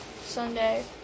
Sunday